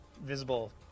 visible